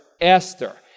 Esther